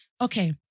Okay